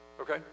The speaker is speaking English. Okay